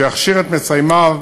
שיכשיר את מסיימיו